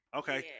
okay